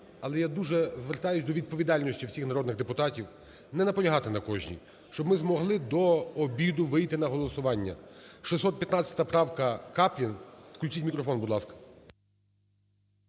Але я дуже звертаюся до відповідальності всіх народних депутатів, не наполягати на кожній, щоб ми змогли до обіду вийти на голосування. 615 правка, Каплін. Включіть мікрофон, будь ласка.